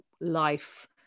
life